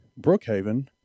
Brookhaven –